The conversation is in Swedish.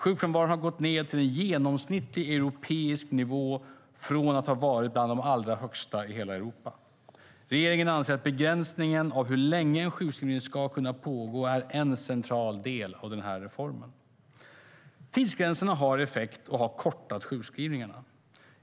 Sjukfrånvaron har gått ned till en genomsnittlig europeisk nivå från att varit bland de allra högsta i hela Europa. Regeringen anser att begränsningen av hur länge en sjukskrivning ska kunna pågå är en central del av reformen. Tidsgränserna har effekt och har kortat sjukskrivningarna.